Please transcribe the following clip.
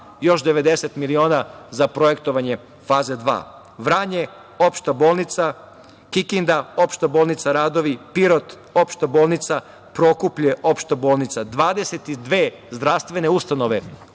još 90 miliona za projektovanje faze II. Vranje Opšta bolnica, Kikinda Opšta bolnica radovi, Pirot Opšta bolnica, Prokuplje Opšta bolnica, 22 zdravstvene ustanove,